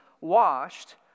washed